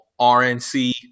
RNC